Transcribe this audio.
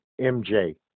MJ